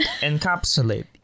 Encapsulate